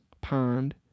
Pond